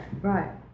Right